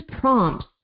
prompts